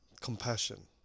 compassion